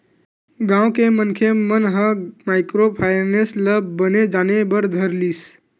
गाँव के मनखे मन ह माइक्रो फायनेंस ल बने जाने बर धर लिस